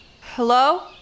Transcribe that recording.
Hello